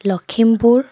Lakhimpur